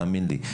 תאמין לי,